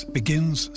begins